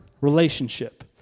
relationship